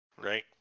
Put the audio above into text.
right